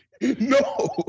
No